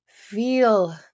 Feel